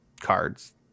cards